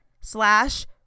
slash